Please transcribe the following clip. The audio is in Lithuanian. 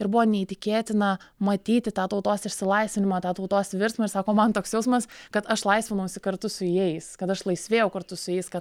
ir buvo neįtikėtina matyti tą tautos išsilaisvinimą tą tautos virsmą ir sako man toks jausmas kad aš laisvinausi kartu su jais kad aš laisvėjau kartu su jais kad